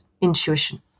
intuition